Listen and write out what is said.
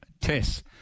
Tess